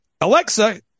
alexa